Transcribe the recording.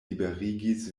liberigis